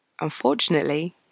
unfortunately